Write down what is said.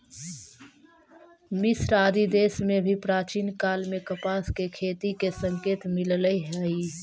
मिस्र आदि देश में भी प्राचीन काल में कपास के खेती के संकेत मिलले हई